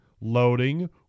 loading